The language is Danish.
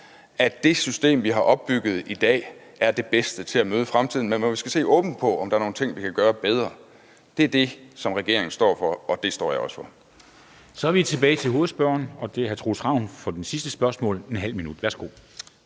at det system, vi har opbygget i dag, er det bedste til at møde fremtiden, men hvor vi skal se åbent på, om der er nogle ting, vi kan gøre bedre. Det er det, som regeringen står for, og det står jeg også for. Kl. 17:15 Første næstformand (Henrik Dam Kristensen): Så er vi tilbage ved hovedspørgeren, og det er hr. Troels Ravn for det sidste spørgsmål, et halvt minut. Værsgo.